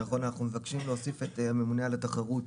נכון, אנחנו מבקשים להוסיף את הממונה על התחרות